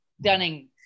Dunning